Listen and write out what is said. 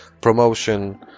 promotion